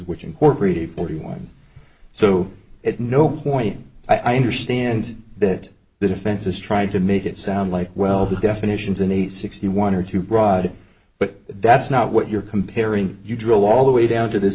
which incorporated forty one's so at no point i understand that the defense is trying to make it sound like well the definitions in a sixty one or two broad but that's not what you're comparing you drill all the way down to this